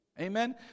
Amen